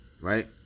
right